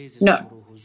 no